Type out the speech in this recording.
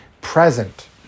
present